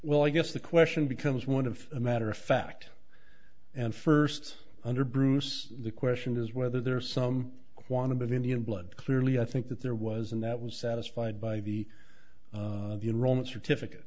well i guess the question becomes one of a matter of fact and first under bruce the question is whether there are some quantum of indian blood clearly i think that there was and that was satisfied by the roman certificate